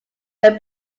when